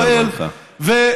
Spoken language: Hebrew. תודה רבה, אדוני.